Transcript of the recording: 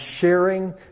sharing